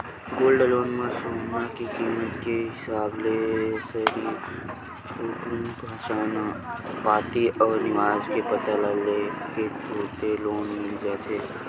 gold loan म सोना के कीमत के हिसाब ले सिरिफ फोटूए पहचान पाती अउ निवास के पता ल ले के तुरते लोन मिल जाथे